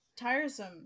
tiresome